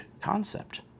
concept